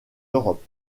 europe